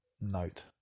note